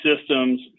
systems